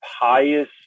pious